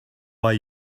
why